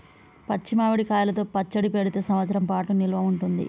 పచ్చి మామిడి కాయలతో పచ్చడి పెడితే సంవత్సరం పాటు నిల్వ ఉంటది